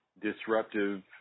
disruptive